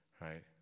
right